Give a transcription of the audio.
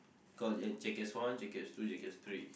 called Jackass one Jackass two Jackass three